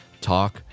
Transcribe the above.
Talk